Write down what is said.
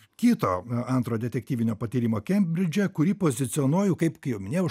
kito antro detektyvinio patyrimo kembridže kurį pozicionuoju kaip jau minėjau